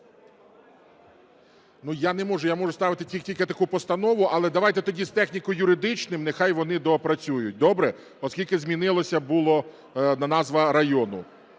Я не можу ставити, я можу тільки таку постанову, але давайте тоді з техніко-юридичним, нехай вони доопрацюють. Добре? Оскільки змінилася була назва району.